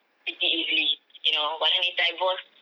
pretty easily you know but then if divorce